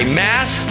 mass